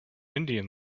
indian